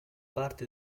parte